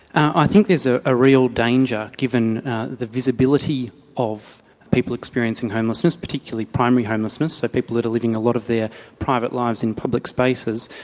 i think there's ah a real danger, given the visibility of people experiencing homelessness, particularly primary homelessness, so people that are living a lot of their private lives in public spaces,